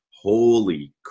holy